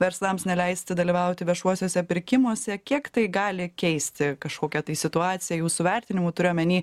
verslams neleisti dalyvauti viešuosiuose pirkimuose kiek tai gali keisti kažkokią situaciją jūsų vertinimu turiu omeny